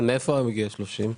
מאיפה מגיע ה-30?